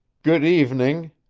good evening,